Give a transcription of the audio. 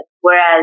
Whereas